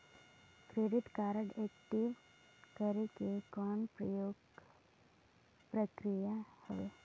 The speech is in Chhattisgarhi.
क्रेडिट कारड एक्टिव करे के कौन प्रक्रिया हवे?